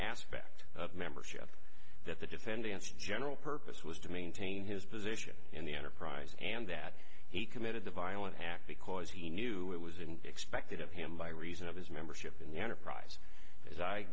aspect of membership that the defendant's general purpose was to maintain his position in the enterprise and that he committed a violent act because he knew it was in expected of him by reason of his membership in the enterprise as i